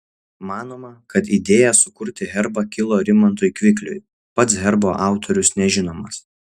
manoma kad idėja sukurti herbą kilo rimantui kvikliui pats herbo autorius nežinomas